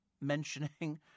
mentioning